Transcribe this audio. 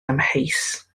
amheus